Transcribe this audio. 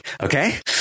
Okay